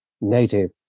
native